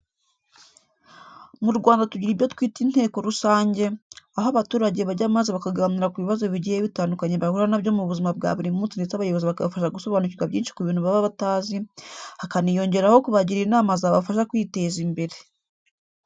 Mu Rwanda tugira ibyo twita inteko rusange, aho abaturage bajya maze bakaganira ku bibazo bigiye bitandukanye bahura na byo muzima bwa buri munsi ndetse abayobozi bakabafasha gusobanukirwa byinshi ku bintu baba batazi, hakaniyongeraho kubagira inama zabafasha kwiteza imbere.